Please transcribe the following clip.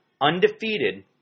undefeated